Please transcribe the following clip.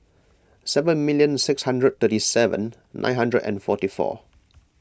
seven million six hundred thirty seven nine hundred and forty four